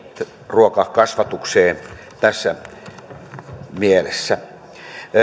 ruokakasvatukseen tässä mielessä